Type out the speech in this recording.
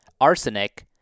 arsenic